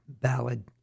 ballad